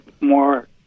more